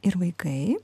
ir vaikai